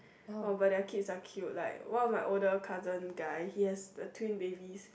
oh but their kids are cute right one of my older cousin guy he has the twin babies